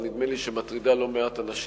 אבל נדמה לי שהיא מטרידה לא מעט אנשים,